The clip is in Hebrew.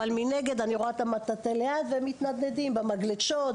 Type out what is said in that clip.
אבל מנגד אני רואה את המטאטא ליד והם מתגלשים להם במגלשות.